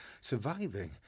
surviving